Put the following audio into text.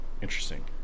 Interesting